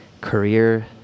career